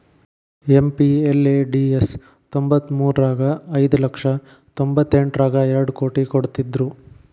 MPLADS ತ್ತೊಂಬತ್ಮುರ್ರಗ ಐದು ಲಕ್ಷ ತೊಂಬತ್ತೆಂಟರಗಾ ಎರಡ್ ಕೋಟಿ ಕೊಡ್ತ್ತಿದ್ರು